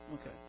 Okay